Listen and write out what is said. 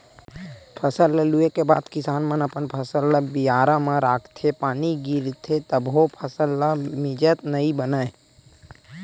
फसल ल लूए के बाद किसान मन अपन फसल ल बियारा म राखथे, पानी गिरथे तभो फसल ल मिजत नइ बनय